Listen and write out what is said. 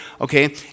okay